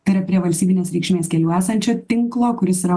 tai yra prie valstybinės reikšmės kelių esančio tinklo kuris yra